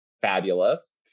fabulous